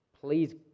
Please